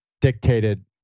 dictated